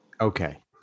Okay